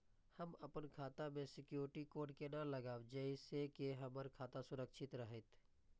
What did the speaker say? हम अपन खाता में सिक्युरिटी कोड केना लगाव जैसे के हमर खाता सुरक्षित रहैत?